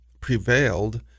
prevailed